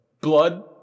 blood